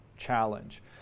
challenge